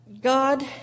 God